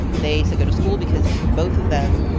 they said go to school because for both of them,